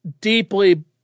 deeply